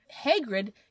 Hagrid